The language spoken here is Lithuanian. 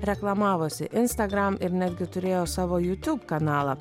reklamavosi instagram ir netgi turėjo savo youtube kanalą